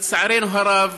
לצערנו הרב,